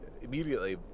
immediately